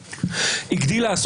לחוקק חוק שימליך עלינו מלך אבסולוטי,